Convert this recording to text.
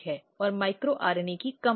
और micro RNA की कम मात्रा